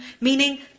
Meaning